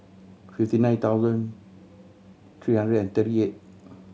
fifty nine thousand three hundred and thirty eight